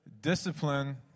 discipline